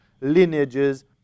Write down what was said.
lineages